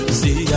see